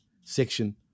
section